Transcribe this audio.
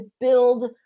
build